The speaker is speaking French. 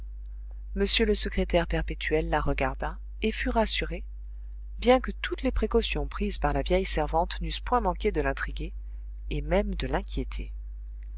m le secrétaire perpétuel la regarda et fut rassuré bien que toutes les précautions prises par la vieille servante n'eussent point manqué de l'intriguer et même de l'inquiéter